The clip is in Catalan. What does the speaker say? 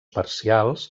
parcials